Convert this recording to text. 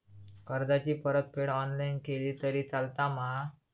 कर्जाची परतफेड ऑनलाइन केली तरी चलता मा?